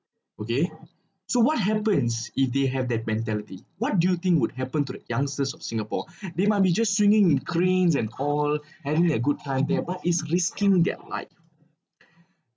okay so what happens if they have that mentality what do you think would happen to the youngsters of singapore they might be just swinging cringe and all having their good time there but is risking their life